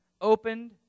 opened